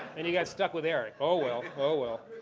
and you got stuck with erik. oh well, oh well.